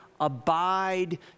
abide